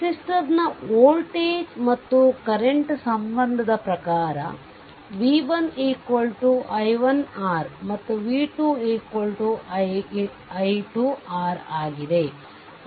ರೆಸಿಸ್ಟರ್ನ voltage ಮತ್ತು current ಸಂಬಂಧದ ಪ್ರಕಾರ v1 i1 R ಮತ್ತು v2 i2 R ಆಗಿದೆ